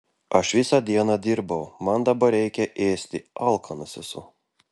aš visą dieną dirbau man dabar reikia ėsti alkanas esu